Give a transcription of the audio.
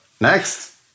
Next